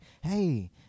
hey